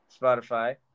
Spotify